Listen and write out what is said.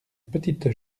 petite